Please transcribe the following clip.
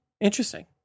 Interesting